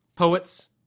Poets